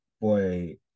boy